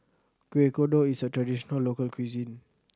Kueh Kodok is a traditional local cuisine